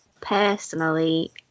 personally